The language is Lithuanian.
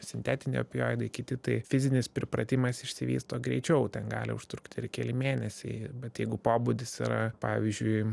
sintetiniai opioidai kiti tai fizinis pripratimas išsivysto greičiau ten gali užtrukti ir keli mėnesiai bet jeigu pobūdis yra pavyzdžiui